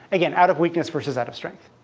again, out of weakness versus out of strength.